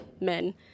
men